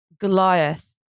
Goliath